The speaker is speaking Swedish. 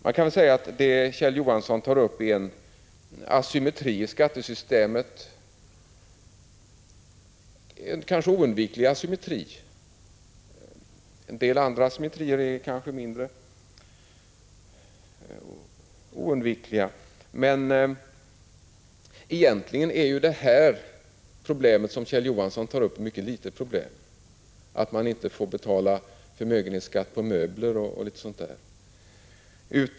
Man kan väl säga att det Kjell Johansson tar upp är en asymmetri i skattesystemet, en kanske oundviklig asymmetri — en del andra asymmetrier är kanske mindre oundvikliga. Men egentligen är ju det problem som Kjell Johansson tar upp mycket begränsat, att man inte får betala förmögenhetsskatt på möbler och litet sådant där.